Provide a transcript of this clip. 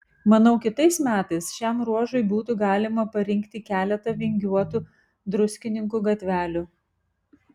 manau kitais metais šiam ruožui būtų galima parinkti keletą vingiuotų druskininkų gatvelių